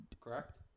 correct